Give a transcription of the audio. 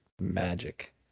Magic